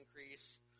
increase